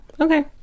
Okay